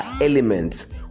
elements